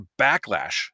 backlash